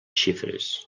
xifres